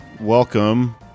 Welcome